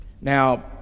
now